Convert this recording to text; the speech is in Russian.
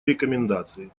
рекомендации